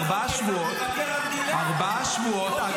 ארבע שבועות.